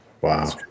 Wow